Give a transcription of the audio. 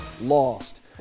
lost